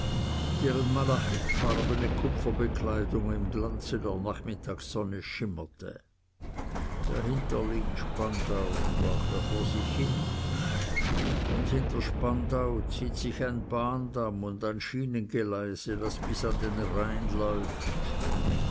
deren malachitfarbne kupferbekleidung im glanz der nachmittagssonne schimmerte dahinter liegt spandau sprach er vor sich hin und hinter spandau zieht sich ein bahndamm und ein schienengeleise das bis an den rhein läuft